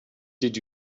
did